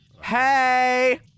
Hey